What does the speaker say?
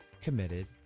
committed